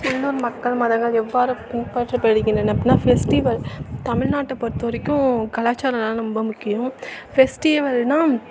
உள்ளூர் மக்கள் மதங்கள் எவ்வாறு பின்பற்றப்படுகின்றன அப்படின்னா ஃபெஸ்டிவல் தமிழ்நாட்ட பொறுத்த வரைக்கும் கலாச்சாரம்லாம் ரொம்ப முக்கியம் ஃபெஸ்டிவல்னால்